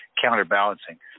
counterbalancing